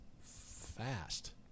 fast